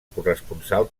corresponsal